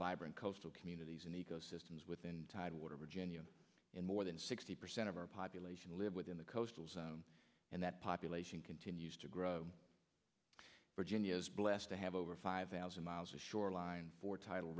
vibrant coastal communities and ecosystems within tidewater virginia and more than sixty percent of our population live within the coast and that population continues to grow virginia is blessed to have over five thousand miles of shoreline four title